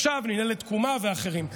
מינהלת תקומה ואחרים.